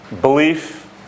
belief